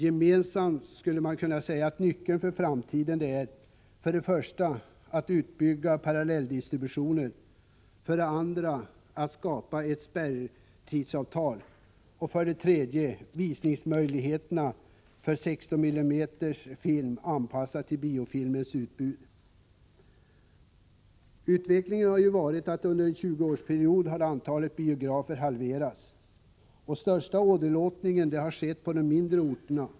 Gemensamt ser man också som nyckeln för framtiden för det första en utbyggnad av parallelldistributionen, för det andra ett spärrtidsavtal och för det tredje att visningsmöjligheterna för 16 mm-film anpassas till biofilmens utbud. Under en 20-årsperiod har antalet biografer halverats. Den största åderlåtningen har skett på de mindre orterna.